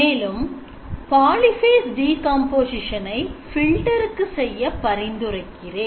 மேலும் polyphase decompositon ஐ filter இக்கு செய்ய பரிந்துரைக்கிறேன்